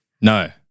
No